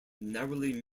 narrowly